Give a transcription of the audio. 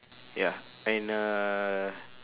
ya and uh